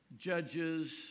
Judges